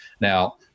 Now